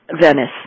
Venice